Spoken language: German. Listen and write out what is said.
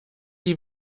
die